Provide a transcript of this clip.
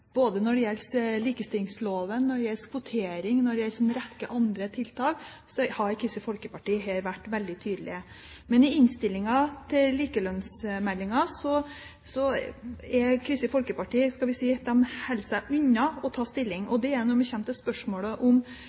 Både når det gjelder likestillingsloven, når det gjelder kvotering, og når det gjelder en rekke andre tiltak, har Kristelig Folkeparti her vært veldig tydelig. Men i innstillingen til likelønnsmeldingen holder Kristelig Folkeparti seg unna å ta stilling når det kommer til spørsmålet om